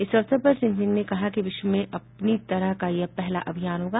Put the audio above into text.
इस अवसर पर श्री सिंह ने कहा कि विश्व में अपनी तरह का यह पहला अभियान होगा